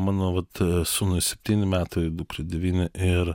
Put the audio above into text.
mano vat sūnui septyni metai dukrai devyni ir